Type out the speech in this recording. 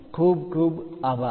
ખુબ ખુબ આભાર